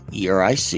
eric